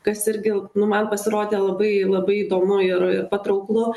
kas irgi nu man pasirodė labai labai įdomu ir patrauklu